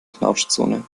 knautschzone